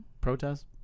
Protest